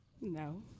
No